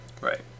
right